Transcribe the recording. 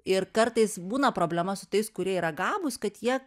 ir kartais būna problema su tais kurie yra gabūs kad jie